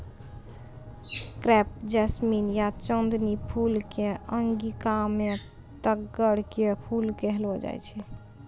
crepe jasmine या चांदनी फूल कॅ अंगिका मॅ तग्गड़ के फूल कहलो जाय छै